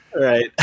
Right